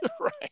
Right